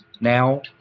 now